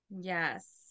Yes